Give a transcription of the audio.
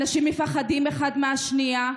אנשים מפחדים אחד מהשנייה.